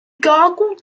gargled